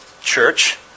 church